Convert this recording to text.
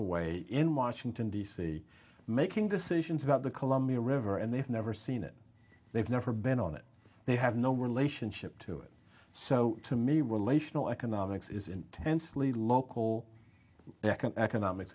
away in washington d c making decisions about the columbia river and they've never seen it they've never been on it they have no relationship to it so to me relational economics is intensely local economics